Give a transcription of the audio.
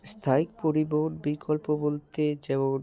স্থায়ী পরিবহন বিকল্প বলতে যেমন